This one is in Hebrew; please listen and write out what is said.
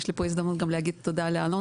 יש לי פה הזדמנות גם להגיד תודה לאלון